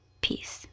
Peace